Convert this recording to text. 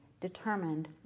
determined